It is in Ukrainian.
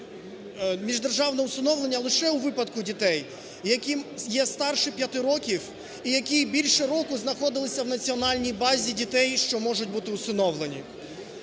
міждержавне усиновлення лише у випадку дітей, які є старші 5 років і які більше року знаходилися в національний базі дітей, що можуть бути усиновлені.